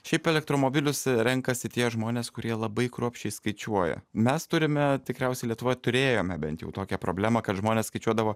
šiaip elektromobilius renkasi tie žmonės kurie labai kruopščiai skaičiuoja mes turime tikriausiai lietuvoj turėjome bent jau tokią problemą kad žmonės skaičiuodavo